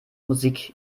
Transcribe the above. musik